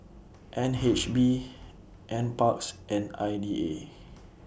N H B NParks and I D A